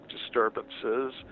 disturbances